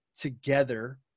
together